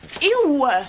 Ew